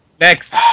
Next